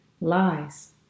Lies